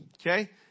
Okay